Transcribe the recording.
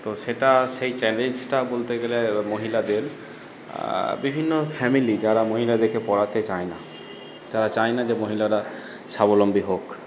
তো সেটা সেই চ্যালেঞ্জটা বলতে গেলে মহিলাদের বিভিন্ন ফ্যামিলি যারা মহিলাদেরকে পড়াতে চায় না তারা চায় না যে মহিলারা স্বাবলম্বী হোক